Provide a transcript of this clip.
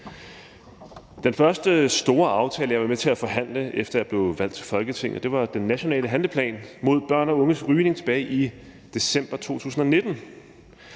Den første store aftale, jeg var med til at forhandle, efter jeg blev valgt til Folketinget, var den nationale handlingsplan mod børns og unges rygning, og det var tilbage i december 2019.